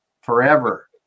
forever